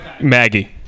Maggie